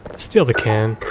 steal the can.